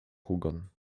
hugon